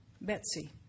Betsy